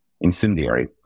incendiary